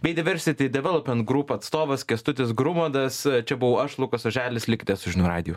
bei diversiti development grūp atstovas kęstutis grumadas čia buvau aš lukas oželis likite su žinių radiju